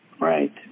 Right